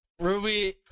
ruby